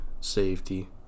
safety